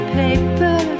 paper